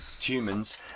humans